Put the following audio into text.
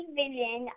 vision